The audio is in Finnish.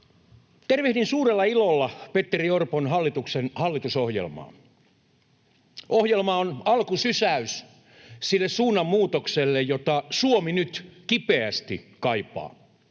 Tervehdin suurella ilolla Petteri Orpon hallituksen hallitusohjelmaa. Ohjelma on alkusysäys sille suunnanmuutokselle, jota Suomi nyt kipeästi kaipaa.